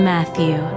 Matthew